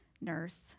nurse